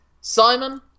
simon